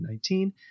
2019